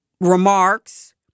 remarks